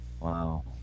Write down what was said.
Wow